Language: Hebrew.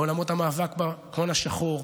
בעולמות המאבק בהון השחור,